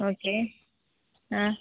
okay ಹಾಂ